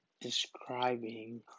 describing